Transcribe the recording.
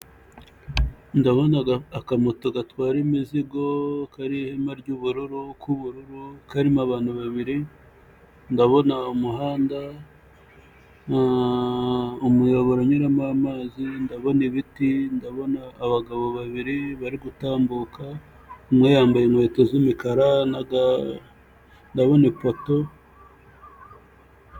Ndabona akamoto gatwara imizigo kariho ihema ry'ubururu, k'ubururu, karimo abantu babiri, ndabona umuhanda umuyoboro unyuramo amazi, ndabona ibiti, ndabona abagabo babiri bari gutambuka umwe yambaye inkweto z'umukara, ndabona ipoto.